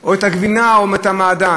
או את הגבינה או את המעדן,